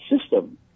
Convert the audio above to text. system